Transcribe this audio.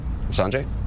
Sanjay